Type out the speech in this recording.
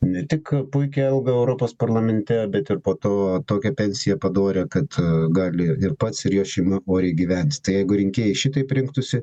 ne tik puikia algą europos parlamente bet ir po to tokią pensiją padorią kad gali ir pats ir jo šeima oriai gyvent jeigu rinkėjai šitaip rinktųsi